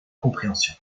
compréhension